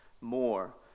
more